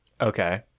Okay